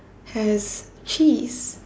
has cheese